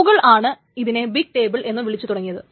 Google ആണ് ഇതിനെ big table എന്നു വിളിച്ചു തുടങ്ങിയത്